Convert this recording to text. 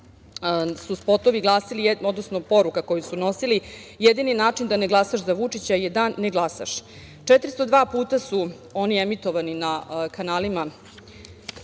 su spotovi glasili, odnosno poruka koju su nosili – jedini način da ne glasaš za Vučića je da ne glasaš. Četiristo dva puta su oni emitovani na kanalima